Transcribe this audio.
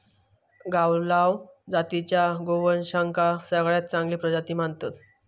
गावलाव जातीच्या गोवंशाक सगळ्यात चांगली प्रजाती मानतत